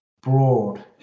broad